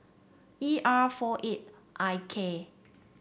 E R four eight I K